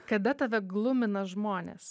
kada tave glumina žmonės